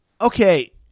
okay